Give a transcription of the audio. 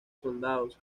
soldados